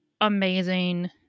amazing